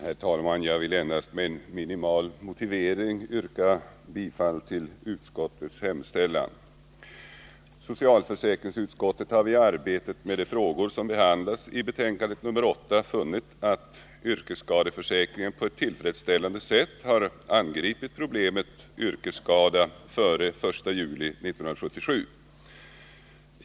Herr talman! Jag vill endast med en minimal motivering yrka bifall till utskottets hemställan. Socialförsäkringsutskottet har vid arbetet med de frågor som behandlas i betänkandet nr 8 funnit att man i yrkesskadeförsäkringen på ett tillfredsställande sätt har angripit problemet yrkesskada före den 1 juli 1977.